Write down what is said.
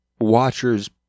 watchers